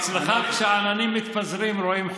אצלך, כשהעננים מתפזרים רואים חושך.